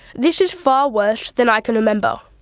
this is far worse than i can remember.